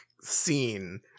scene